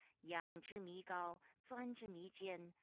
yang zhi mi gao, zuan zhi mi jian,